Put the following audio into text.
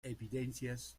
evidencias